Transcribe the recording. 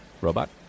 Robot